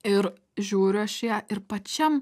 ir žiūriu aš į ją ir pačiam